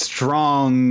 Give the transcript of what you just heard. Strong